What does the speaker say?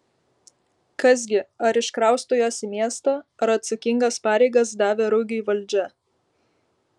kas gi ar iškrausto juos į miestą ar atsakingas pareigas davė rugiui valdžia